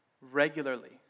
regularly